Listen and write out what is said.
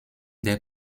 der